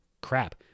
crap